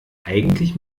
eigentlich